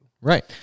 Right